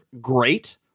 great